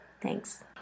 Thanks